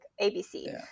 ABC